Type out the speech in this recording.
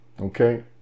okay